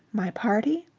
my party?